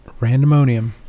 Randomonium